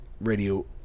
radio